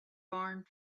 barn